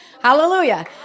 Hallelujah